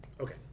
Okay